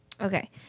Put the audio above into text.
okay